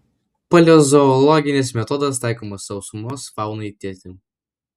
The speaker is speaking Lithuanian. paleozoologinis metodas taikomas sausumos faunai tirti